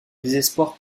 désespoir